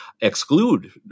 exclude